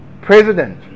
president